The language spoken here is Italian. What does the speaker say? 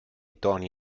toni